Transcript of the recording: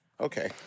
okay